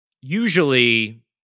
usually